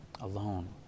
alone